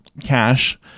cash